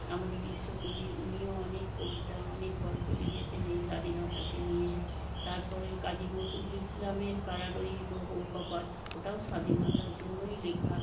আমাদের বিশ্ব কবি উনিও অনেক কবিতা অনেক গল্প লিখেছেন এই স্বাধীনতাকে নিয়ে তারপরে কাজী নজরুল ইসলামের কারার ওই লৌহ কপাট ওটাও স্বাধীনতার জন্যই লেখা